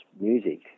music